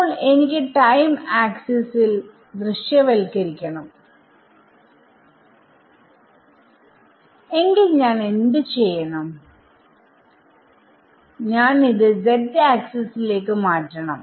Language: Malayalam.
ഇപ്പോൾ എനിക്ക് ടൈം ആക്സിസ് ദൃശ്യവൽക്കരിക്കണം എങ്കിൽ ഞാൻ എന്ത് ചെയ്യണം ഞാൻ ഇത് z ആക്സിസ് ലേക്ക് മാറ്റണം